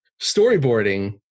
Storyboarding